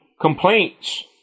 complaints